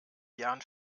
jan